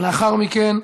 לאחר מכן,